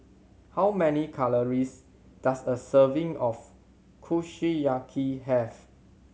how many calories does a serving of Kushiyaki have